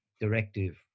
directive